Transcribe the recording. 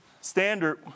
standard